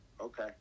okay